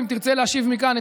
ואם תרצה להשיב מכאן,